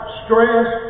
stress